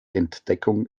entdeckung